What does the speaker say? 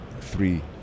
three